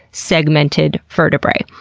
segmented vertebrae.